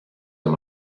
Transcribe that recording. amb